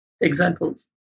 examples